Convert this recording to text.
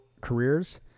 careers